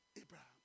Abraham